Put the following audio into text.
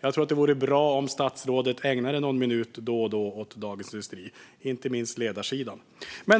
Jag tror att det vore bra om statsrådet ägnade någon minut då och då åt Dagens industri, inte minst ledarsidan.